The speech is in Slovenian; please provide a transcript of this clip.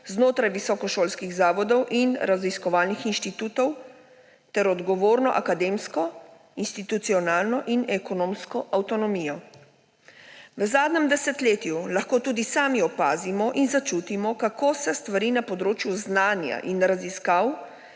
znotraj visokošolskih zavodov in raziskovalnih inštitutov ter odgovorno akademsko institucionalno in ekonomsko avtonomijo. V zadnjem desetletju lahko tudi sami opazimo in začutimo, kako se stvari na področju znanja in raziskav